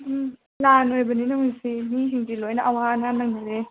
ꯎꯝ ꯂꯥꯟ ꯑꯣꯏꯕꯅꯤꯅ ꯍꯧꯖꯤꯛꯁꯤ ꯃꯤꯁꯤꯡꯁꯤ ꯂꯣꯏꯅ ꯑꯋꯥ ꯑꯅꯥ ꯅꯪꯅꯔꯦ